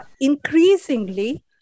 increasingly